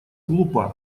глупа